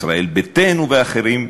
ישראל ביתנו ואחרות,